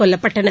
கொல்லப்பட்டனர்